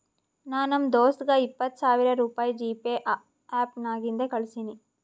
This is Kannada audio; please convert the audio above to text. ನಾ ನಮ್ ದೋಸ್ತಗ ಇಪ್ಪತ್ ಸಾವಿರ ರುಪಾಯಿ ಜಿಪೇ ಆ್ಯಪ್ ನಾಗಿಂದೆ ಕಳುಸಿನಿ